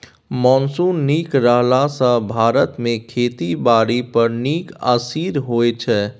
monsoon नीक रहला सँ भारत मे खेती बारी पर नीक असिर होइ छै